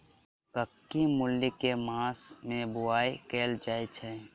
कत्की मूली केँ के मास मे बोवाई कैल जाएँ छैय?